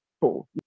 people